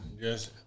yes